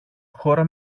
χώρα